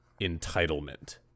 entitlement